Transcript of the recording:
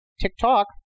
TikTok